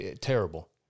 Terrible